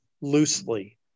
loosely